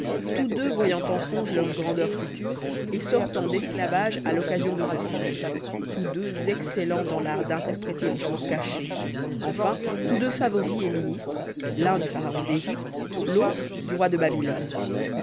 tous deux voyant en songe leur grandeur future et sortant d'esclavage à l'occasion de ce songe tous deux excellant dans l'art d'interpréter les cho ses cachées enfin tous deux favoris et ministres l'un du pharaon d'egypte l'autre du roi de babylone